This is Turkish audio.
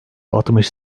altmış